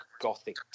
Gothic